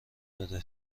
بده